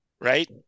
Right